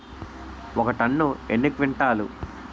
ఒక టన్ను ఎన్ని క్వింటాల్లు?